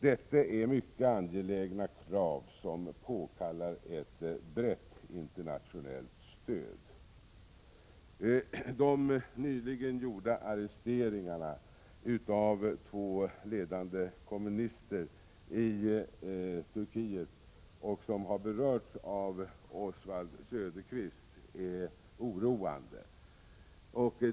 Detta är mycket angelägna krav, som påkallar ett brett internationellt stöd. De nyligen gjorda arresteringarna av två ledande kommunister i Turkiet, som har berörts av Oswald Söderqvist, är oroande.